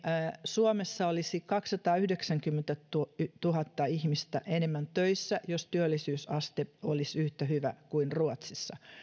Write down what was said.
suomessa olisi kaksisataayhdeksänkymmentätuhatta ihmistä enemmän töissä jos työllisyysaste olisi yhtä hyvä kuin ruotsissa